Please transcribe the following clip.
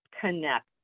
connect